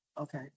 Okay